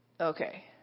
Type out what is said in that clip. Okay